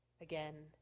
Again